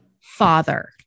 father